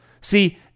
See